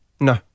No